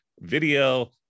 video